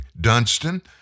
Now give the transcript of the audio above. Dunstan